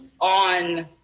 on